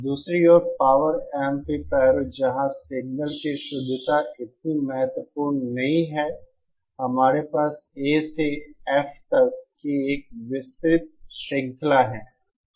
दूसरी ओर पावर एम्पलीफायरों जहां सिग्नल की शुद्धता इतनी महत्वपूर्ण नहीं है हमारे पास A से F तक की एक विस्तृत श्रृंखला है